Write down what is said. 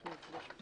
אני רוצה להעיר.